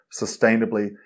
sustainably